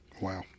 Wow